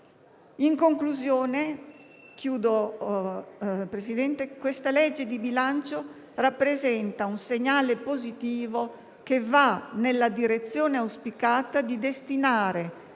Presidente, la legge di bilancio rappresenta un segnale positivo che va nella direzione auspicata di destinare,